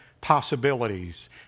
possibilities